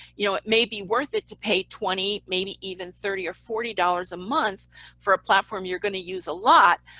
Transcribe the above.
you know, it may be worth it to pay twenty maybe even thirty or forty dollars a month for a platform you're going to use a lot,